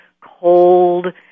cold